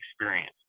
experience